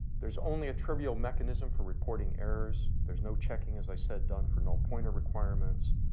there's only a trivial mechanism for reporting errors. there's no checking as i said done for no pointer requirements.